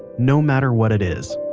no matter what it is,